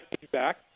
feedback